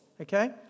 okay